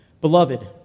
Beloved